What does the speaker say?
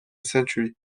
century